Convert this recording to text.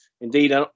indeed